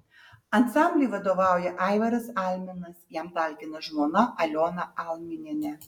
ansambliui vadovauja aivaras alminas jam talkina žmona aliona alminienė